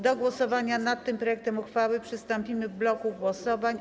Do głosowania nad projektem uchwały przystąpimy w bloku głosowań.